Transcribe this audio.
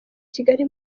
kigali